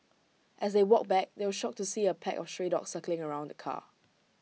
as they walked back they were shocked to see A pack of stray dogs circling around the car